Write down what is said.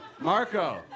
Marco